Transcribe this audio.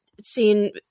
seen